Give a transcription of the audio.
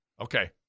Okay